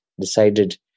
decided